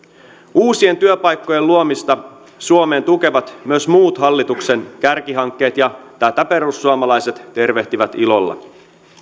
uusien työpaikkojen luomista suomeen tukevat myös muut hallituksen kärkihankkeet ja tätä perussuomalaiset tervehtivät ilolla